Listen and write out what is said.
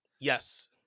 Yes